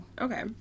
Okay